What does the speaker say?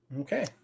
Okay